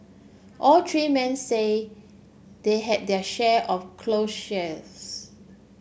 all three men say they had their share of close shaves